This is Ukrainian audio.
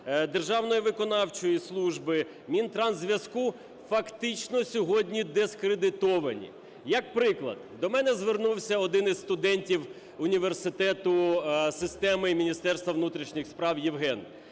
Державної виконавчої служби, Мінтрансзв'язку, фактично сьогодні дискредитовані. Як приклад, до мене звернувся один із студентів університету системи Міністерства внутрішніх справ Євген,